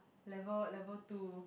level level two